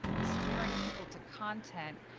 steering people to content.